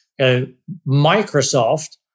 Microsoft